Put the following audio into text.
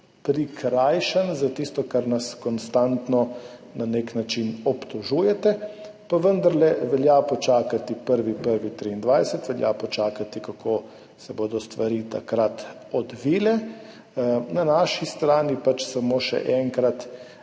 prikrajšan za tisto, za kar nas konstantno, na nek način, obtožujete. Pa vendarle velja počakati na 1. 1. 2023. Velja počakati na to, kako se bodo stvari takrat odvile. Z naše strani, samo še enkrat,